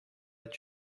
est